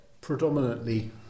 predominantly